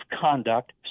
conduct